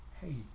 Hey